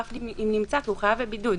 אף אם נמצא בבידוד.